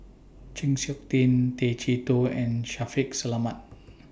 Chng Seok Tin Tay Chee Toh and Shaffiq Selamat